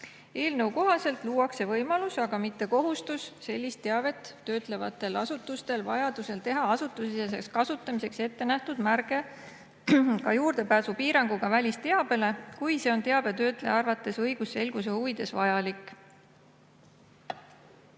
Eelnõu kohaselt luuakse võimalus, aga mitte kohustus sellist teavet töötlevatel asutustel vajaduse korral teha asutusesiseseks kasutamiseks ette nähtud märge ka juurdepääsupiiranguga välisteabele, kui see on teabe töötleja arvates õigusselguse huvides vajalik.